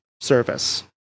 service